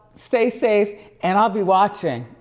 stay safe and i'll be watching,